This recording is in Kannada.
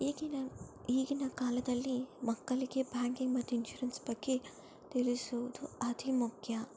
ಈಗಿನ ಈಗಿನ ಕಾಲದಲ್ಲಿ ಮಕ್ಕಳಿಗೆ ಬ್ಯಾಂಕಿಂಗ್ ಮತ್ತು ಇನ್ಶುರೆನ್ಸ್ ಬಗ್ಗೆ ತಿಳಿಸುವುದು ಅತಿ ಮುಖ್ಯ